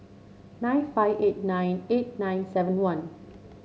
nine five eight nine eight nine seven one